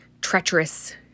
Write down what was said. treacherous